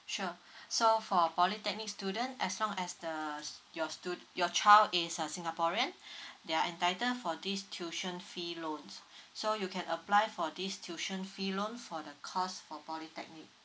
sure so for polytechnic student as long as the s~ your stu~ your child is a singaporean they are entitle for this tuition fee loans so you can apply for this tuition fee loan for the course for polytechnic